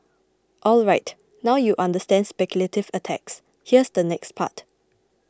alright now you understand speculative attacks here's the next part